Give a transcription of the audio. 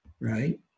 right